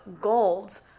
gold